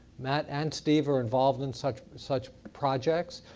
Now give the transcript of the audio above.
matt and steve are involved in such such projects.